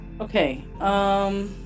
Okay